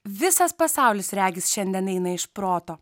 visas pasaulis regis šiandien eina iš proto